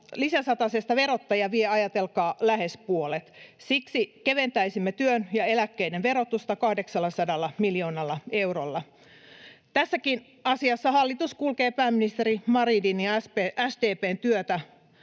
lisäsatasesta verottaja vie, ajatelkaa, lähes puolet. Siksi keventäisimme työn ja eläkkeiden verotusta 800 miljoonalla eurolla. Tässäkin asiassa hallitus kulkee pääministeri Marinin ja SDP:n työtä